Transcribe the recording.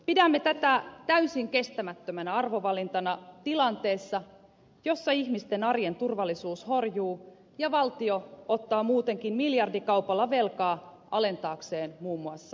pidämme tätä täysin kestämättömänä arvovalintana tilanteessa jossa ihmisten arjen turvallisuus horjuu ja valtio ottaa muutenkin miljardikaupalla velkaa alentaakseen muun muassa veroja